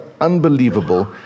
unbelievable